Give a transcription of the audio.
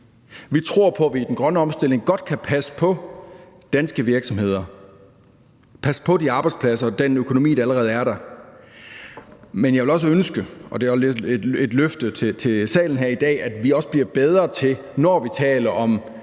Vi tror på, at vi i den grønne omstilling godt kan passe på danske virksomheder, passe på de arbejdspladser og den økonomi, der allerede er der. Men jeg vil også ønske, og det er også et løfte til salen her i dag, at vi også bliver bedre til, når vi taler om